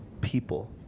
people